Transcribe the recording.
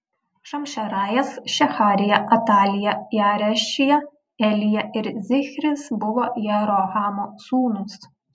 šamšerajas šeharija atalija jaarešija elija ir zichris buvo jerohamo sūnūs